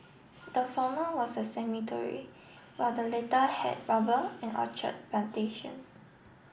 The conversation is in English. the former was a cemetery while the later had rubber and orchard plantations